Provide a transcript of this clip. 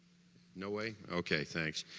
no way? okay. thanks